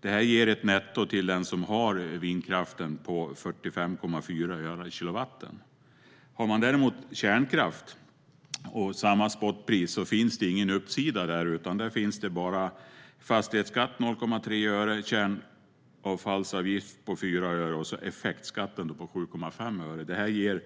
Detta ger ett netto till den som har vindkraften på 45,4 öre per kilowatt. Om man däremot har kärnkraft och samma spotpris finns det ingen uppsida, utan där finns bara fastighetsskatt på 0,3 öre, kärnavfallsavgift på 4 öre och effektskatt på 7,5 öre. Det ger ett